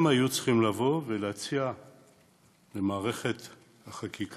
הם היו צריכים לבוא ולהציע למערכת החקיקה,